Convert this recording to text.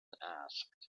asked